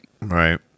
Right